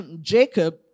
Jacob